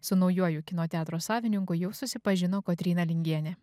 su naujuoju kino teatro savininku jau susipažino kotryna lingienė